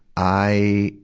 i,